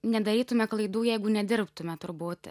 nedarytume klaidų jeigu nedirbtume turbūt